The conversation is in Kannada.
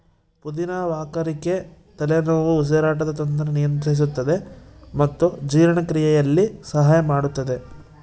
ಪುದಿನ ವಾಕರಿಕೆ ತಲೆನೋವು ಉಸಿರಾಟದ ತೊಂದರೆ ನಿಯಂತ್ರಿಸುತ್ತದೆ ಮತ್ತು ಜೀರ್ಣಕ್ರಿಯೆಯಲ್ಲಿ ಸಹಾಯ ಮಾಡುತ್ತದೆ